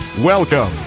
Welcome